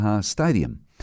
Stadium